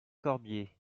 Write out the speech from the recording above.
corbier